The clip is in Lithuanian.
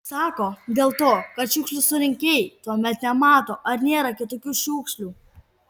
sako dėl to kad šiukšlių surinkėjai tuomet nemato ar nėra kitokių šiukšlių